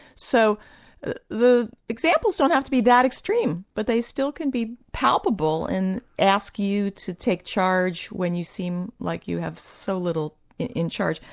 so the examples don't have to be that extreme, but they still can be palpable and ask you to take charge when you seem like you have so little in in charge.